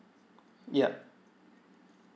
yup